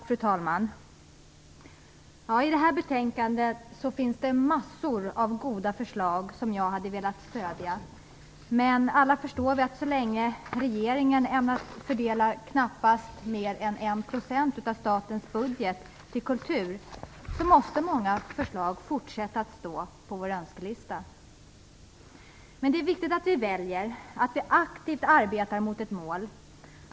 Fru talman! I detta betänkande finns det en mängd goda förslag som jag hade velat stödja. Men alla förstår vi att så länge regeringen ämnar fördela knappast mer än 1 % av statens budget till kultur måste många förslag fortsatt stå på vår önskelista. Men det är viktigt att vi väljer att aktivt arbeta för ett mål.